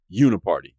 uniparty